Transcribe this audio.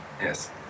Yes